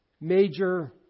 major